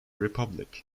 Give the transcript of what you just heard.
republic